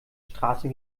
straße